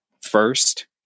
first